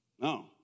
No